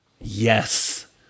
Yes